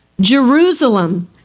Jerusalem